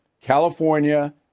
california